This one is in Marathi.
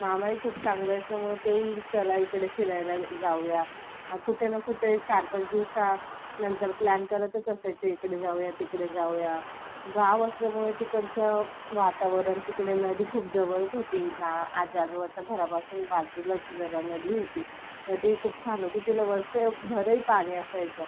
मामाही खूप चांगला असल्यामुळे तेही चला इकडे फिरायला जाऊया कुठे ना कुठे चार पाच दिवसा नंतर प्लॅन करतच असायचे इकडे जाऊया तिकडे जाऊया गाव असल्यामुळे तिकडचं वातावरण तिकडे नदी खूप जवळच होती न् आजी आजोबाच्या घरापासून बाजूलाच जरा नदी होती नदीही खूप छान होती तिला वर्षभरही पाणी असायचं